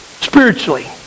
spiritually